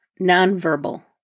nonverbal